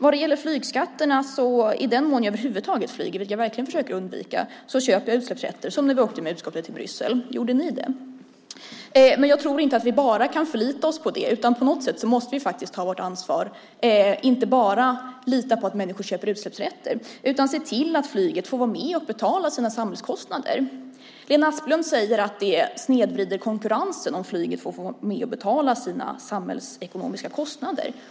Vad gäller flygskatterna - i den mån jag över huvud taget flyger, vilket jag verkligen försöker undvika - så köper jag utsläppsrätter, som när vi åkte med utskottet till Bryssel. Gjorde ni det? Men jag tror inte att vi bara kan förlita oss på det, utan på något sätt måste vi faktiskt ta vårt ansvar - inte bara lita på att människor köper utsläppsrätter utan se till att flyget får vara med och betala sina samhällskostnader. Lena Asplund säger att det snedvrider konkurrensen om flyget får vara med och betala sina samhällsekonomiska kostnader.